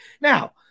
Now